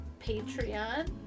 Patreon